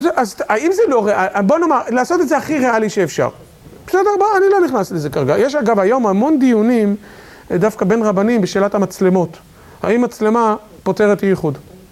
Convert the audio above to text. אז האם זה לא ריאלי? בוא נאמר, לעשות את זה הכי ריאלי שאפשר. בסדר? בואו, אני לא נכנס לזה כרגע. יש אגב היום המון דיונים, דווקא בין רבנים, בשאלת המצלמות. האם מצלמה פותרת ייחוד?